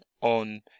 on